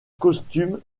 costumes